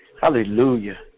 Hallelujah